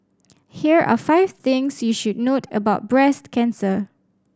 here are five things you should note about breast cancer